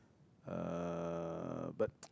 uh but